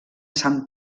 sant